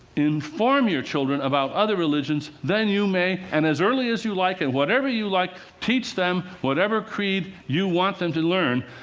inform your children about other religions, then you may and as early as you like and whatever you like teach them whatever creed you want them to learn.